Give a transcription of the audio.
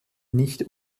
nicht